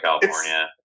California